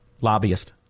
lobbyist